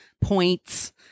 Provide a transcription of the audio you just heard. points